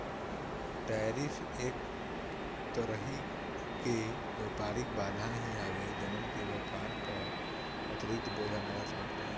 tariff एक तरही कअ व्यापारिक बाधा ही हवे जवन की व्यापार पअ अतिरिक्त बोझ डालत बाटे